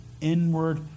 inward